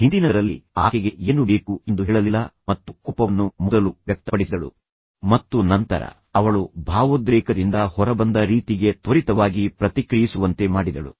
ಹಿಂದಿನದರಲ್ಲಿ ಆಕೆ ತನಗೆ ಏನು ಬೇಕು ಎಂದು ಅವರಿಗೆ ಹೇಳಲಿಲ್ಲ ಮತ್ತು ನಂತರ ಆಕೆ ತನ್ನ ಕೋಪವನ್ನು ಮೊದಲು ವ್ಯಕ್ತಪಡಿಸಿದಳು ಮತ್ತು ನಂತರ ಅವಳು ಭಾವೋದ್ರೇಕದಿಂದ ಹೊರಬಂದ ರೀತಿಗೆ ತ್ವರಿತವಾಗಿ ಪ್ರತಿಕ್ರಿಯಿಸುವಂತೆ ಮಾಡಿದಳು